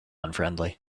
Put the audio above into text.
unfriendly